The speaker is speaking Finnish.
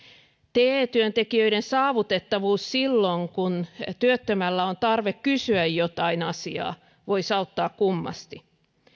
te työntekijöiden saavutettavuus silloin kun työttömällä on tarve kysyä jotain asiaa voisi auttaa kummasti samoin